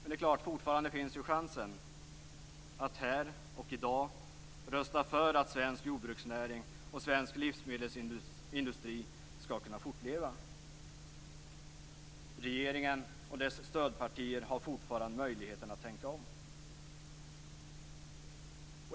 Men det är klart, fortfarande finns chansen att här och i dag rösta för att svensk jordbruksnäring och svensk livsmedelsindustri skall kunna fortleva. Regeringen och dess stödpartier har fortfarande möjligheten att tänka om.